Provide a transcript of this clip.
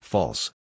False